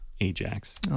Ajax